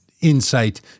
insight